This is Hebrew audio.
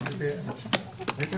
הדיון נעול.